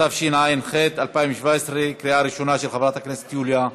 התשע"ח 2017, של חברת הכנסת יוליה מלינובסקי,